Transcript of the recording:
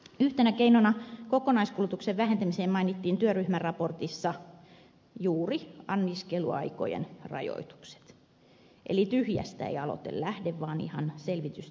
yhtenä keinona kokonaiskulutuksen vähentämiseen mainittiin työryhmän raportissa juuri anniskeluaikojen rajoitukset eli tyhjästä ei aloite lähde vaan ihan selvitysten pohjalta